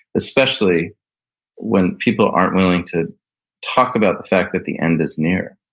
especially when people aren't willing to talk about the fact that the end is near.